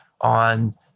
on